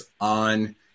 on